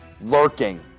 Lurking